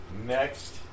Next